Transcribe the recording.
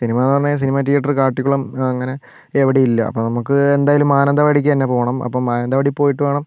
സിനിമാന്ന് പറഞ്ഞ് കഴിഞ്ഞാൽ cinema theatre Kattikulam അങ്ങനെ എവിടെ ഇല്ല അപ്പം നമുക്ക് എന്തായാലും മാനന്തവാടിക്ക് തന്നെ പോകണം അപ്പം മാനന്തവാടി പോയിട്ട് വേണം